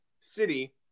city